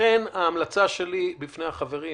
לכן ההמלצה שלי בפני החברים,